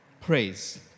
Praise